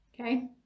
Okay